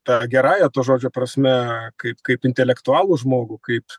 ta gerąja to žodžio prasme kaip kaip intelektualų žmogų kaip